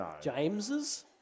James's